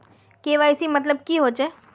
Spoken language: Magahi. के.वाई.सी मतलब की होचए?